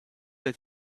let